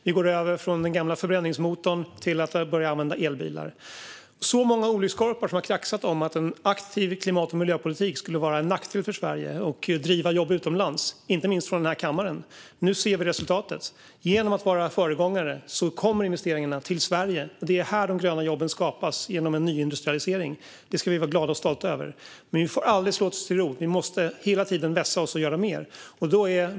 Vi går över från den gamla förbränningsmotorn till att börja använda elbilar. Många olyckskorpar har kraxat - inte minst i denna kammare - om att en aktiv klimat och miljöpolitik skulle vara en nackdel för Sverige och driva jobb utomlands. Nu ser vi resultatet: Genom att vi är föregångare kommer investeringarna till Sverige. Det är här de gröna jobben skapas genom en nyindustrialisering. Detta ska vi vara glada och stolta över, men vi får aldrig slå oss till ro. Vi måste hela tiden vässa oss och göra mer.